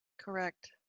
Correct